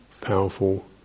powerful